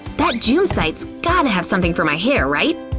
that joom site's gotta have something for my hair, right?